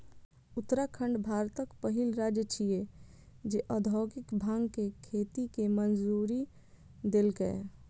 उत्तराखंड भारतक पहिल राज्य छियै, जे औद्योगिक भांग के खेती के मंजूरी देलकै